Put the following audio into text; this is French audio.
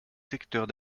secteurs